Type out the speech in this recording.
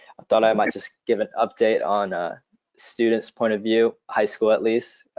thought i might just give an update on a student's point of view, high school at least,